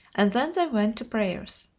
and then they went to prayers.